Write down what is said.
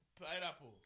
pineapple